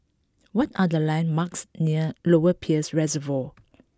what are the landmarks near Lower Peirce Reservoir